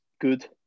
good